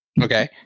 okay